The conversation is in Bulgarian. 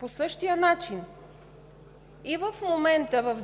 кодекс и в момента